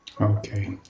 Okay